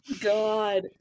God